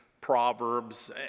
Proverbs